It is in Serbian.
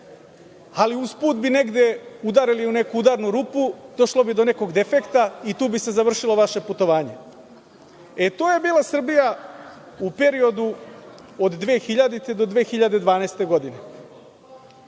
ali usput bi negde udarili u neku udarnu rupu, došlo bi do nekog defekta i tu bi se završilo vaše putovanje. E, to je bila Srbija u periodu od 2000. do 2012. godine